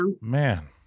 man